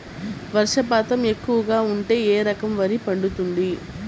వర్షపాతం ఎక్కువగా ఉంటే ఏ రకం వరి పండుతుంది?